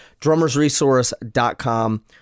DrummersResource.com